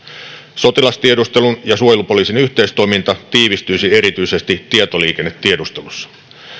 sotilastiedustelun ja suojelupoliisin yhteistoiminta tiivistyisi erityisesti tietoliikennetiedustelussa